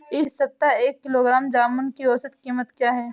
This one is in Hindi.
इस सप्ताह एक किलोग्राम जामुन की औसत कीमत क्या है?